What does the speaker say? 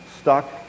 stuck